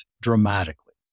dramatically